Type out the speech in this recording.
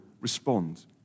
respond